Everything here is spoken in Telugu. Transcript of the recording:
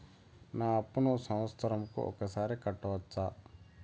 నా అప్పును సంవత్సరంకు ఒకసారి కట్టవచ్చా?